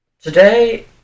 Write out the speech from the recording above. Today